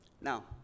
Now